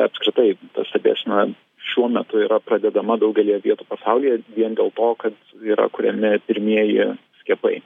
apskritai ta stebėsena šiuo metu yra pradedama daugelyje vietų pasaulyje vien dėl to kad yra kuriami pirmieji skiepai